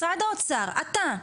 משרד האוצר, אתה,